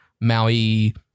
Maui